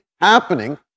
happening